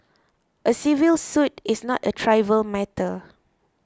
a civil suit is not a trivial matter